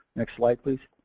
next slide please.